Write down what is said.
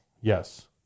Yes